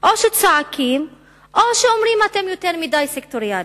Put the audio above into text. או שצועקים או שאומרים: אתם יותר מדי סקטוריאליים.